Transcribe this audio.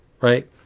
right